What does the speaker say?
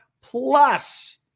Plus